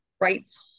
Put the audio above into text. rights